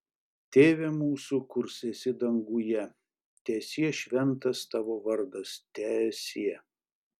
tėve mūsų kurs esi danguje teesie šventas tavo vardas teesie